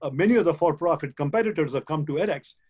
ah many of the for profit competitors have come to edx.